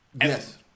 Yes